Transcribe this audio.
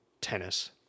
tennis